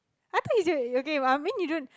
I thought you gave I mean you don't